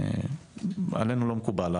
עלינו לא מקובל,